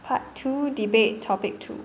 part two debate topic two